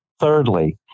Thirdly